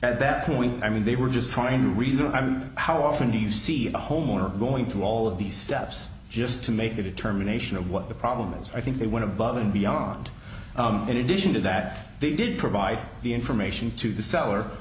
at that point i mean they were just trying to reason i mean how often do you see the homeowner going through all of these steps just to make a determination of what the problem is i think they went above and beyond in addition to that they did provide the information to the sell